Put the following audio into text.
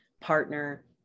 partner